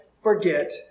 forget